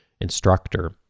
instructor